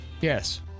Yes